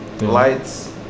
Lights